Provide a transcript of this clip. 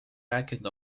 rääkinud